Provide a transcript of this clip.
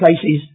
places